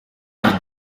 y’u